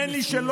האמן לי שלא.